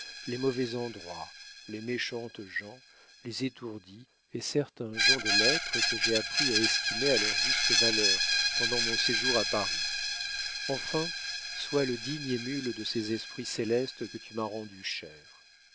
les mauvais endroits les méchantes gens les étourdis et certains gens de lettres que j'ai appris à estimer à leur juste valeur pendant mon séjour à paris enfin sois le digne émule de ces esprits célestes que tu m'a rendus chers